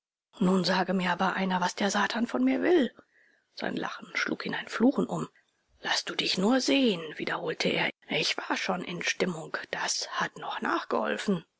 nun sage mir aber einer was der satan von mir will sein lachen schlug in ein fluchen um laß du dich nur sehen wiederholte er ich war schon in stimmung das hat noch nachgeholfen